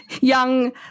young